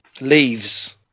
leaves